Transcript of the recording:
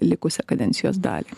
likusią kadencijos dalį